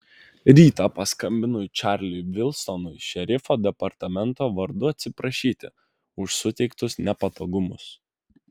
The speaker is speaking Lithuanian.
rytą paskambinau čarliui vilsonui šerifo departamento vardu atsiprašyti už suteiktus nepatogumus